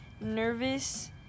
nervous